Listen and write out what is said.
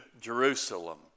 Jerusalem